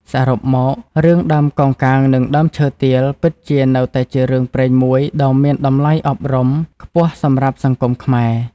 សរុបមករឿង "ដើមកោងកាងនិងដើមឈើទាល" ពិតជានៅតែជារឿងព្រេងមួយដ៏មានតម្លៃអប់រំខ្ពស់សម្រាប់សង្គមខ្មែរ។